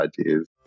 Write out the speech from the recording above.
ideas